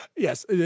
Yes